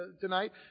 tonight